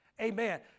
Amen